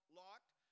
locked